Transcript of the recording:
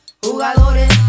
jugadores